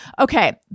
okay